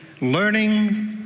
learning